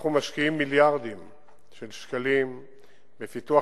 אנחנו משקיעים מיליארדים של שקלים בפיתוח